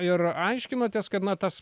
ir aiškinotės kad na tas